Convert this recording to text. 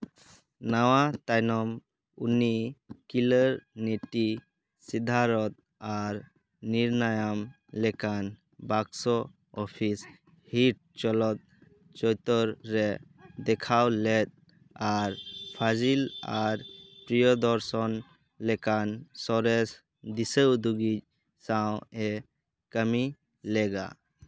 ᱱᱟᱣᱟ ᱛᱟᱭᱱᱚᱢ ᱩᱱᱤ ᱠᱤᱞᱳ ᱱᱤᱛᱤ ᱥᱤᱫᱷᱟᱨᱚᱛ ᱟᱨ ᱱᱤᱨᱱᱟᱭᱚᱢ ᱞᱮᱠᱟᱱ ᱵᱟᱠᱥᱚ ᱚᱯᱷᱤᱥ ᱦᱤᱴ ᱪᱚᱞᱚᱛ ᱪᱤᱛᱟᱹᱨ ᱨᱮ ᱫᱮᱠᱷᱟᱣ ᱞᱮᱫ ᱟᱨ ᱯᱷᱟᱡᱤᱞ ᱟᱨ ᱯᱨᱤᱭᱳ ᱫᱚᱨᱥᱚᱱ ᱞᱮᱠᱟᱱ ᱥᱚᱨᱮᱥ ᱫᱤᱥᱟᱹ ᱩᱫᱩᱜᱤᱡ ᱥᱟᱶᱼᱮ ᱠᱟᱹᱢᱤ ᱞᱮᱫᱟ